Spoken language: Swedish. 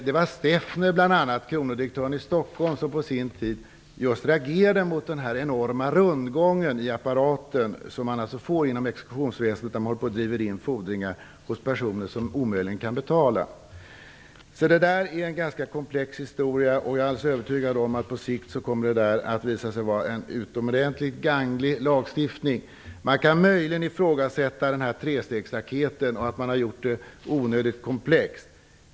Det var kronodirektören Steffner i Stockholm bl.a. som på sin tid just reagerade mot den enorma rundgången i apparaten, som man alltså får inom exekutionsväsendet när man håller på och driver in fordringar hos personer som omöjligen kan betala. Det där är en ganska komplex historia, och jag är alldeles övertygad om att det på sikt kommer att visa sig vara en utomordentligt gagnelig lagstiftning. Man kan möjligen ifrågasätta "trestegsraketen" och att man har gjort lagen onödigt komplex.